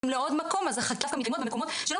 לעוד מקום החקירות דווקא מתקיימות במקומות שלא